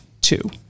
two